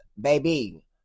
baby